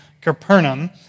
Capernaum